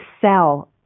sell